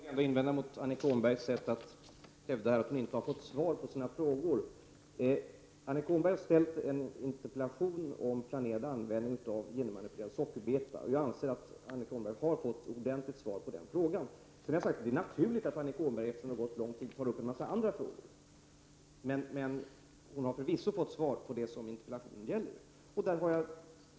Fru talman! Först vill jag invända mot att Annika Åhnberg sade att hon inte har fått svar på sina frågor. Annika Åhnberg har ställt en interpellation om planerad odling av genmanipulerad sockerbeta. Jag anser att Annika Åhnberg har fått ett ordenligt svar på den frågan. Sedan har jag sagt att det är naturligt att Annika Åhnberg, eftersom det har gått lång tid, tar upp en mängd andra frågor. Men hon har förvisso fått svar på det som interpellationen gäller.